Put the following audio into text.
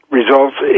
results